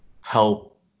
help